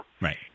Right